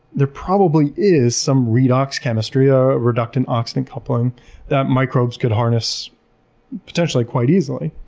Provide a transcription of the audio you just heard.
there probably is some redox chemistry, a reductant-oxygen coupling that microbes could harness potentially quite easily.